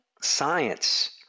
science